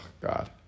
God